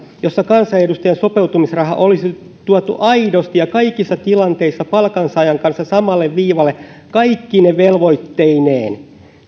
mallin jossa kansanedustajan sopeutumisraha olisi tuotu aidosti ja kaikissa tilanteissa palkansaajan kanssa samalle viivalle kaikkine velvoitteineen